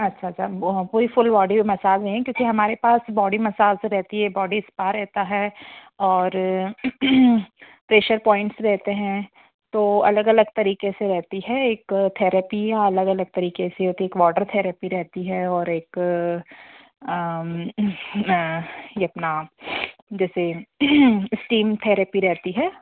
अच्छा अच्छा बही पूरी फुल बॉडी की मसाज नहीं है क्योंकि हमारे पास बॉडी मसाज रहती है बॉडी स्पा रहता है और प्रेशर पॉइंट्स रहते हैं तो अलग अलग तरीक़े से रहते हैं एक थैरेपी अलग अलग तरीक़े से होती है एक वाटर थैरेपी और एक ये अपना जैसे स्टीम थैरेपी रहती है